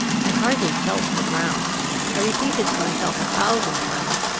i hardly felt the ground i repeated to myself a thousand times,